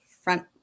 front